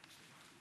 ברשותך,